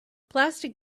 plastic